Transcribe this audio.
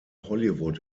hollywood